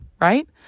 right